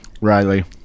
Riley